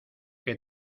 que